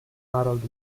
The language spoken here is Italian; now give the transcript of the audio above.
harold